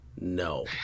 No